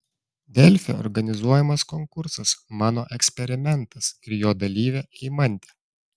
delfi organizuojamas konkursas mano eksperimentas ir jo dalyvė eimantė